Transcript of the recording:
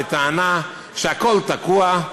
וטענה שהכול תקוע,